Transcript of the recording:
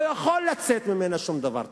לא יכול לצאת ממנה שום דבר טוב.